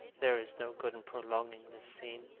there is no good in prolonging this scene.